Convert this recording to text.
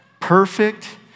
perfect